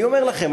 אני אומר לכם,